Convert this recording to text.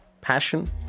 passion